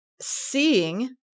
Seeing